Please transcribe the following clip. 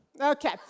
okay